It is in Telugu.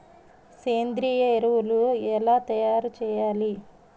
సేంద్రీయ ఎరువులు ఎలా తయారు చేయాలి?